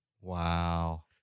Wow